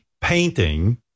painting